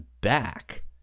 back